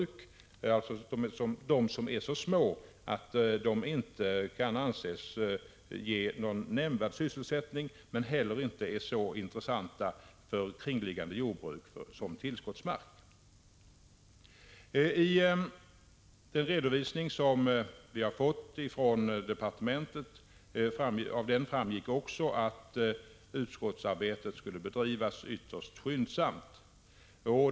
Det gäller då jordbruk som är så små att de inte kan anses ge någon nämnvärd sysselsättning men inte heller är särskilt intressanta för kringliggande jordbruk som tillskottsmark. Av den redovisning som vi har fått från departementet framgår att utredningsarbetet skulle bedrivas ytterst skyndsamt.